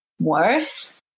worth